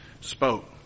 spoke